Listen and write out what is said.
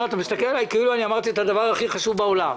אתה מסתכל עליי כאילו אמרתי את הדבר הכי חשוב בעולם.